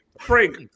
Frank